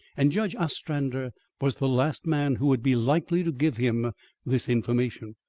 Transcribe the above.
and judge ostrander was the last man who would be likely to give him this information.